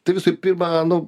tai visu pirma nu